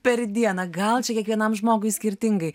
per dieną gal čia kiekvienam žmogui skirtingai